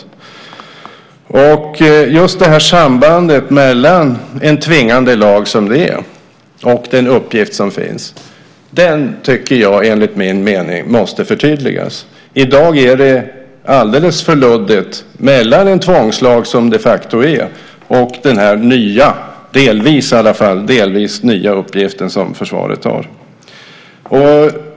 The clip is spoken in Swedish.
Just sambandet mellan en tvingande lag och den uppgift som finns måste enligt min mening förtydligas. I dag är det alldeles för luddigt mellan den tvångslag som de facto finns och den delvis nya uppgift som försvaret har.